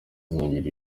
izongera